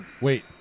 wait